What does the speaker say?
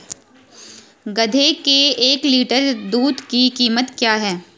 गधे के एक लीटर दूध की कीमत क्या है?